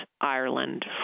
Ireland